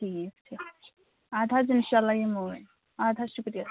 ٹھیٖک چھُ اَدٕ حظ اِنشااللہ یِمو وۅنۍ اَدٕ حظ شُکریہ